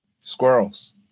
Squirrels